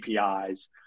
APIs